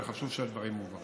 וחשוב שהדברים מובהרים.